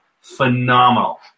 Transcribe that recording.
Phenomenal